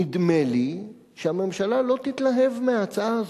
נדמה לי שהממשלה לא תתלהב מההצעה הזאת,